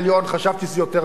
חשבתי שזה יותר מדי.